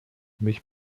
mich